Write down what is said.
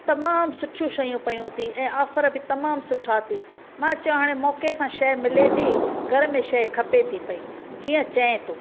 तमामु सुठियूं शयूं पयूं थी ऐं ऑफर बि तमामु सुठा थी मां चवां हाणे मौक़े सां शइ मिले थी घर में शइ खपे थी पई जीअं चएं तूं